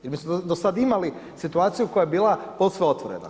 I mi smo do sad imali situaciju koja je bila posve otvorena.